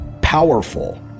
powerful